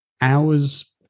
hours